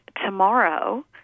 tomorrow –